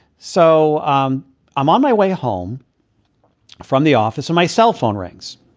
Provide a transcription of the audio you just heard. so um i'm on my way home from the office, on my cell phone rings.